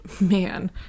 man